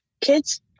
kids